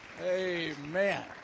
Amen